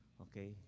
Okay